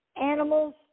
animals